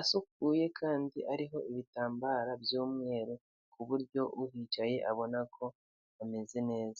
asukuye kandi ariho ibitambararo by'umweru ku buryo uhicaye abona ko hameze neza.